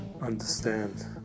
understand